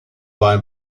beim